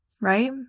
right